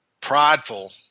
prideful